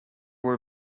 were